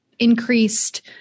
increased